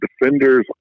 defender's